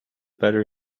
better